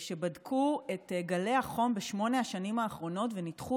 בדקו את גלי החום בשמונה השנים האחרונות וניתחו